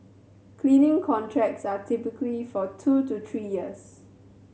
cleaning contracts are typically for two to three years